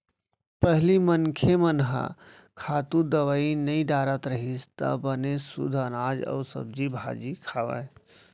पहिली मनखे मन ह खातू, दवई नइ डारत रहिस त बने सुद्ध अनाज अउ सब्जी भाजी खावय